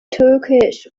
turkish